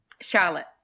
Charlotte